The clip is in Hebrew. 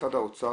משרד האוצר,